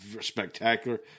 spectacular